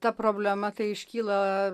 ta problema kai iškyla